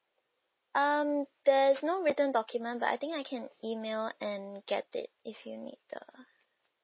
um there is no written document but I think I can email and get it if you need the